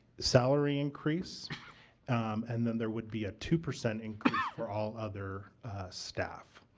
salary increase and then there would be a two percent increase for all other staff.